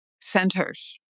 centers